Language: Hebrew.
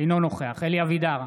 אינו נוכח אלי אבידר,